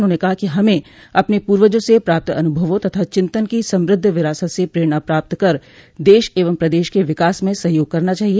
उन्होने कहा कि हमें अपने पूर्वजों से पाप्त अन्भवों तथा चिन्तन की समद्ध विरासत से प्रेरणा प्राप्त कर देश एवं प्रदेश के विकास में सहयोग करना चाहिए